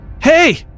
Hey